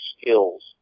skills